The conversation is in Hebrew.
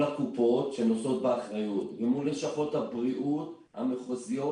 הקופות שנושאות באחריות ומול לשכות הבריאות המחוזיות,